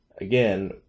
again